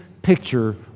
Picture